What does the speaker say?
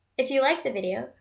if you like the video,